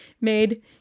made